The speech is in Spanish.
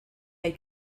hay